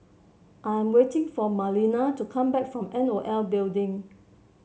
I am waiting for Marlena to come back from N O L Building